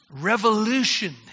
Revolution